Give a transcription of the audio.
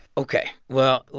ok. well,